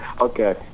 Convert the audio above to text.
Okay